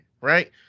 right